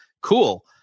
cool